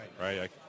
right